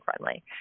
friendly